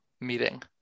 meeting